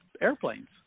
airplanes